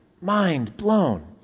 mind-blown